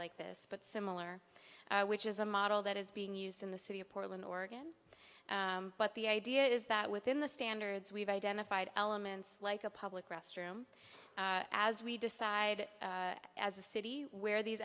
like this but similar which is a model that is being used in the city of portland oregon but the idea is that within the standards we have identified elements like a public restroom as we decide as a city where these